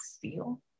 feel